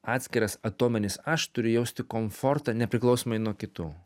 atskiras atominis aš turiu jausti komfortą nepriklausomai nuo kitų